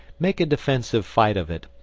make a defensive fight of it,